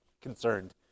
concerned